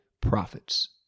prophets